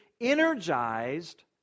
energized